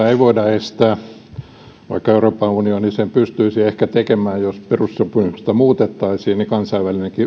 ei voida estää vaikka euroopan unioni sen pystyisi ehkä tekemään jos perussopimusta muutettaisiin kansainvälinen